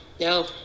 No